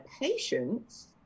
patients